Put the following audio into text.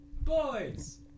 Boys